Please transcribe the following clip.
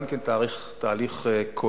גם כן תהליך כואב,